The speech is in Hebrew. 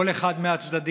כל אחד מהצדדים